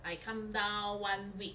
I come down one week